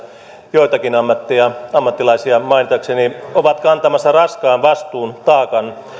joitakin ammattilaisia ammattilaisia mainitakseni ovat kantamassa raskaan vastuun taakan